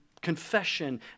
confession